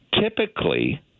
typically